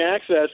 access